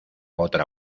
otra